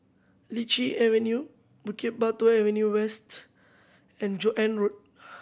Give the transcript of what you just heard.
Lichi Avenue Bukit Batok Avenue West and Joan Road